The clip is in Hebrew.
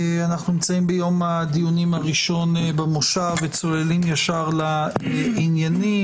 אנו נמצאים ביום הדיונים הראשון במושב וצוללים ישר לדיון.